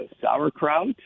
sauerkraut